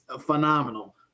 phenomenal